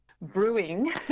brewing